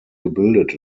gebildet